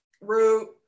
root